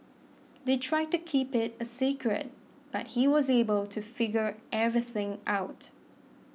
they tried to keep it a secret but he was able to figure everything out